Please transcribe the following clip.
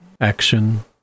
action